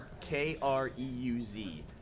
K-R-E-U-Z